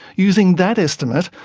using that estimate,